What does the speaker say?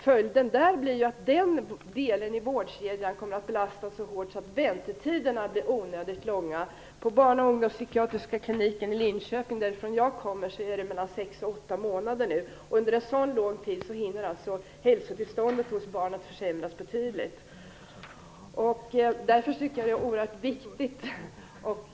Följden blir att den delen i vårdkedjan kommer att belastas så hårt att väntetiderna blir onödigt långa. På Barn och ungdomspsykiatriska kliniken i Linköping, varifrån jag kommer, är väntetiden nu mellan sex och åtta månader. Under en så lång tid hinner hälsotillståndet hos barnet försämras betydligt. Därför tycker jag att det här är oerhört viktigt.